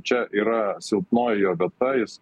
čia yra silpnoji jo vieta jis